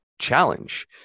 challenge